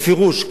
בפירוש,